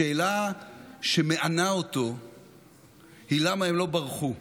השאלה שמענה אותו היא: למה הם לא ברחו?